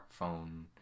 smartphone